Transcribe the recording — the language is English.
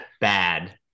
bad